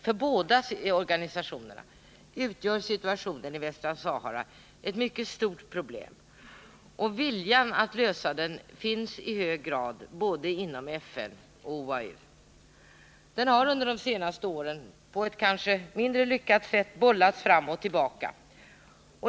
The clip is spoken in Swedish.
För båda organisationerna utgör situationen i Västra Sahara ett mycket stort problem, och viljan att lösa problemet finns i hög grad både inom FN och inom OAU. Frågan har under de senaste åren på ett kanske mindre lyckat sätt bollats fram och tillbaka.